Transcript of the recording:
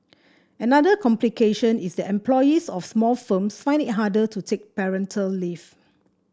another complication is that employees of small firms find it harder to take parental leave